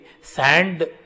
sand